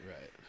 right